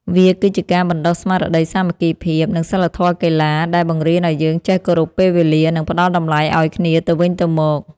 វាគឺជាការបណ្ដុះស្មារតីសាមគ្គីភាព និងសីលធម៌កីឡា ដែលបង្រៀនឱ្យយើងចេះគោរពពេលវេលា និងផ្ដល់តម្លៃឱ្យគ្នាទៅវិញទៅមក។